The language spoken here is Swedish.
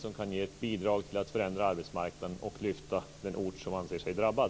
Detta kan ge ett bidrag till att förändra arbetsmarknaden och lyfta den ort som anser sig drabbad.